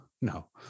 no